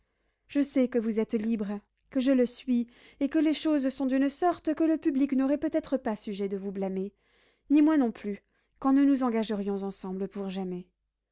je sais que vous êtes libre que je le suis et que les choses sont d'une sorte que le public n'aurait peut-être pas sujet de vous blâmer ni moi non plus quand nous nous engagerions ensemble pour jamais